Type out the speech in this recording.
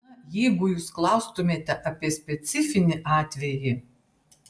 na jeigu jūs klaustumėte apie specifinį atvejį